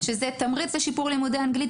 שזה תמריץ לשיפור לימודי האנגלית.